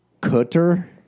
Cutter